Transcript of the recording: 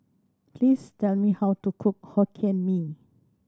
please tell me how to cook Hokkien Mee